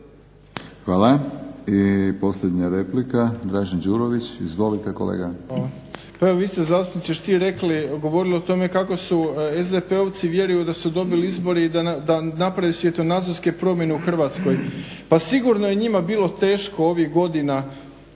Hvala. I posljednja replika, Dražen Đurović. Izvolite kolega.